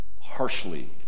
harshly